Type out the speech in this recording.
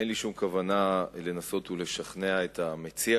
אין לי שום כוונה לנסות ולשכנע את המציע